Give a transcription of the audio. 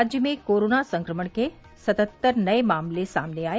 राज्य में कोरोना संक्रमण के सतहत्तर नए मामले सामने आये